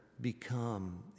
become